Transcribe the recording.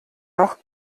noch